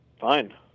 fine